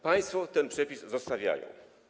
Państwo ten przepis zostawiają.